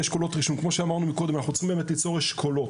אז באמת אני חושב שאחת הסוגיות או ה-סוגיה הראשונה זו סוגיית